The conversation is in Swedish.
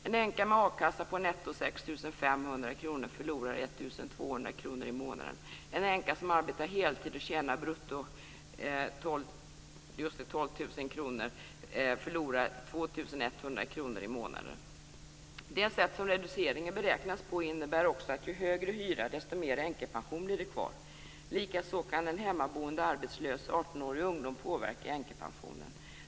En änka med a-kassa på netto 6 500 kr förlorar 1 200 kr i månaden, och en änka som arbetar heltid och tjänar brutto 12 000 kr förlorar 2 100 kr i månaden. Det sätt som reduceringen beräknas på innebär också att ju högre hyra, desto mer änkepension blir det kvar. Likaså kan en hemmaboende arbetslös 18 årig ungdom påverka änkepensionen.